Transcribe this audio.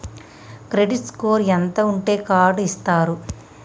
Credit score ఎంత ఉంటే card ఇస్తారు?